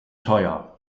teuer